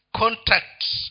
contacts